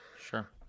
Sure